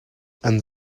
and